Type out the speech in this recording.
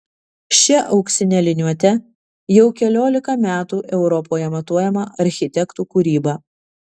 šia auksine liniuote jau keliolika metų europoje matuojama architektų kūryba